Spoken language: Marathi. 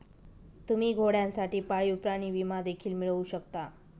तुम्ही घोड्यांसाठी पाळीव प्राणी विमा देखील मिळवू शकता